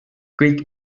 kõik